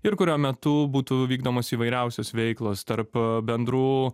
ir kurio metu būtų vykdomos įvairiausios veiklos tarp bendrų